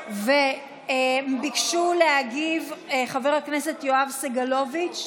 וביקשו להגיב, חבר הכנסת יואב סגלוביץ'.